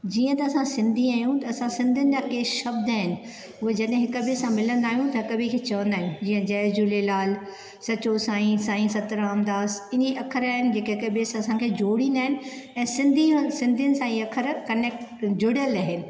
जींअ त असां सिन्धी आहियूं त असां सिन्धियुनि जा के शब्द आहिनि उहे जॾहिं हिक ॿे सां मिलंदा आहियूं त हिकु ॿे खे चविन्दा आहियूं जीअं जय झूलेलाल सचो सांई साईं सतरामदास इहे ई अख़र आहिनि जो हिक ॿे सां असांखे जोड़ींदा आहिनि ऐं सिन्धी ऐं सिन्धियुनि सां इहे अख़र कनेक्ट जुड़ियल आहिनि